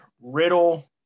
Riddle